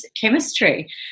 chemistry